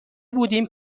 بودیم